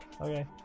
Okay